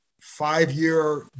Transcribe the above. five-year